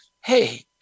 hey